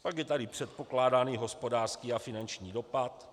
Pak je tady Předpokládaný hospodářský a finanční dopad.